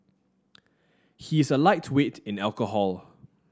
he is a lightweight in alcohol